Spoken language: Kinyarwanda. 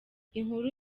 inkuru